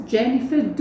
Jennifer